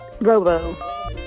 Robo